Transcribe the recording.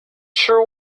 sure